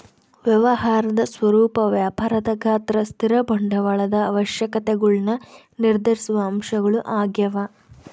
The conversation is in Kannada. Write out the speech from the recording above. ವ್ಯವಹಾರದ ಸ್ವರೂಪ ವ್ಯಾಪಾರದ ಗಾತ್ರ ಸ್ಥಿರ ಬಂಡವಾಳದ ಅವಶ್ಯಕತೆಗುಳ್ನ ನಿರ್ಧರಿಸುವ ಅಂಶಗಳು ಆಗ್ಯವ